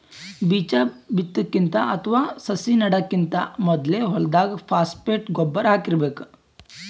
ಬೀಜಾ ಬಿತ್ತಕ್ಕಿಂತ ಅಥವಾ ಸಸಿ ನೆಡಕ್ಕಿಂತ್ ಮೊದ್ಲೇ ಹೊಲ್ದಾಗ ಫಾಸ್ಫೇಟ್ ಗೊಬ್ಬರ್ ಹಾಕಿರ್ಬೇಕ್